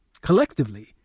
Collectively